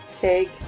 Cake